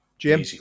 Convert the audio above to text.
Jim